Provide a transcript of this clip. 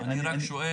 אני רק שואל,